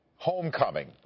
Homecoming